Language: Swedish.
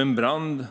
En brand